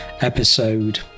episode